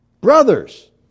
brothers